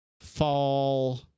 fall